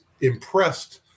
impressed